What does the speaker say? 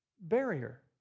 barrier